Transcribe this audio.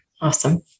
Awesome